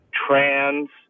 trans